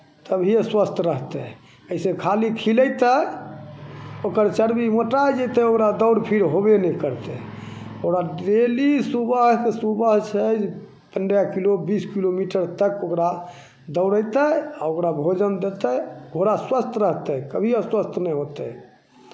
तभिए स्वस्थ रहतै अइसे खाली खिलयतै ओकर चरबी मोटाए जयतै ओकरा दौड़ फिर होयबे नहि करतै ओकरा डेली सुबहकेँ सुबह छै पन्द्रह किलो बीस किलोमीटर तक ओकरा दौड़यतै आ ओकरा भोजन देतै घोड़ा स्वस्थ रहतै कभी अस्वस्थ नहि होतै